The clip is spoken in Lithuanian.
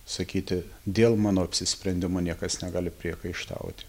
sakyti dėl mano apsisprendimo niekas negali priekaištauti